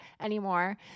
anymore